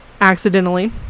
accidentally